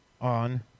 On